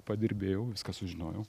padirbėjau viską sužinojau